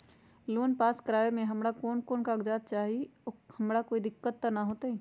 Loan पास करवावे में हमरा कौन कौन कागजात चाही और हमरा कोई दिक्कत त ना होतई?